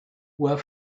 were